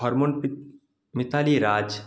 Harmanpreet Mithali Raj